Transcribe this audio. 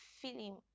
feeling